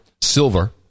silver